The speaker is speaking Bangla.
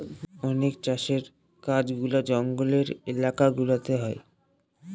অনেক চাষের কাজগুলা জঙ্গলের এলাকা গুলাতে হয়